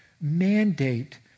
mandate